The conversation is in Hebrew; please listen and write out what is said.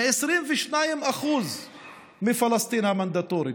ב-22% מפלסטין המנדטורית,